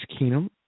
Keenum